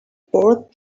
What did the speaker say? bored